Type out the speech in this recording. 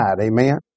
Amen